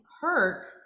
hurt